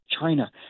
China